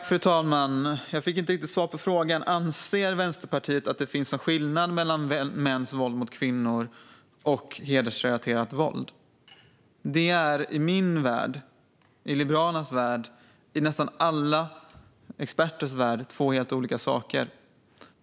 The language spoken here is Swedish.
Fru talman! Jag fick inte riktigt svar på frågan. Anser Vänsterpartiet att det finns en skillnad mellan mäns våld mot kvinnor och hedersrelaterat våld? Det är i min värld, i Liberalernas värld och i nästan alla experters värld två helt olika saker.